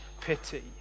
pity